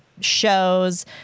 shows